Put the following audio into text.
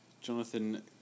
Jonathan